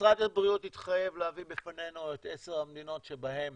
משרד הבריאות התחייב להביא בפנינו את 10 המדינות שבהן